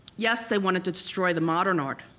yes, they wanted to destroy the modern art,